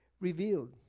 revealed